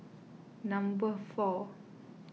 number four